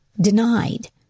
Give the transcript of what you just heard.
denied